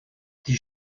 die